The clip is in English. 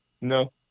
No